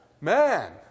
Man